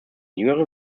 jüngeren